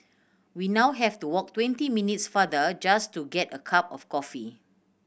we now have to walk twenty minutes farther just to get a cup of coffee